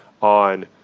on